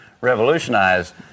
revolutionized